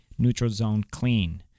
NeutralZoneClean